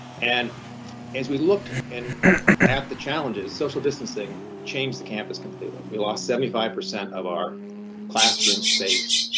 and as we looked at and at the challenges, social distancing changed the campus completely. we lost seventy five percent of our classroom space,